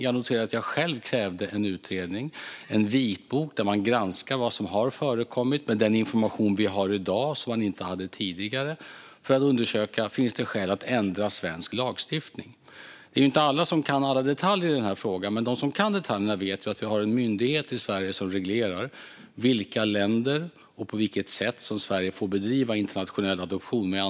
Jag noterar också att jag själv krävde en utredning, en vitbok, där man granskar vad som har förekommit med den information vi har i dag som man inte hade tidigare, för att undersöka om det finns skäl att ändra svensk lagstiftning. Det är inte alla som kan alla detaljer i den här frågan, men de som kan detaljerna vet att vi har en myndighet i Sverige som reglerar med vilka länder och på vilket sätt som Sverige får bedriva internationell adoption.